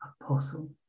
Apostle